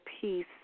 peace